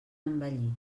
envellir